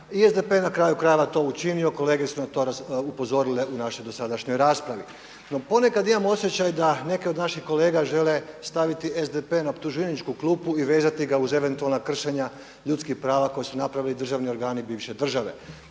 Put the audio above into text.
SDP na kraju krajeva je to učinio, kolege su na to upozorile u našoj dosadašnjoj raspravi. No ponekad imam osjećaj da neke od naših kolega žele staviti SDP na optuženičku klupu i vezati ga uz eventualna kršenja ljudskih prava koje su napravili državni organi bivše države.